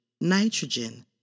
nitrogen